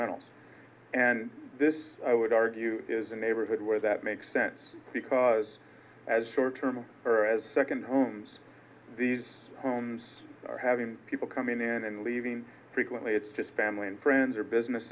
rental and this i would argue is a neighborhood where that makes sense because as short term or as second homes these homes are having people coming in and leaving frequently it's just family and friends or business